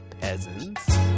peasants